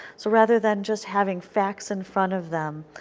so rather than just having facts in front of them,